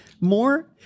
more